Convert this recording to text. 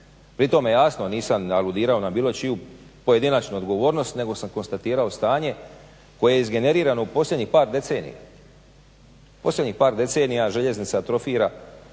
Pri tome jasno nisam aludirao na bilo čiju pojedinačnu odgovornost nego sam konstatirao stanje koje je izgenerirano u posljednjih par decenija. Posljednjih par decenija željeznica atrofira